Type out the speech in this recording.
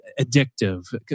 addictive